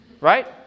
Right